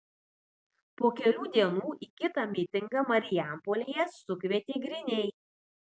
po kelių dienų į kitą mitingą marijampolėje sukvietė griniai